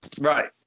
Right